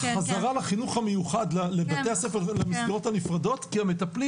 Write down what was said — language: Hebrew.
חזרה לחינוך המיוחד לבתי הספר ולמסגרות נפרדות כי המטפלים